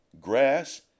grass